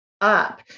up